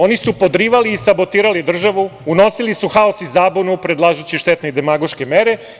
Oni su podrivali i sabotirali državu, unosili su haos i zabunu predlažući štetne i demagoške mere.